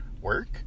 work